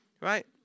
Right